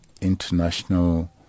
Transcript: international